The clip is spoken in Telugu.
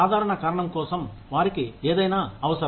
సాధారణ కారణం కోసం వారికి ఏదైనా అవసరం